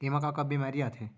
एमा का का बेमारी आथे?